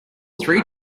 three